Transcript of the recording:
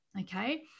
okay